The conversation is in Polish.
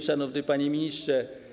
Szanowny Panie Ministrze!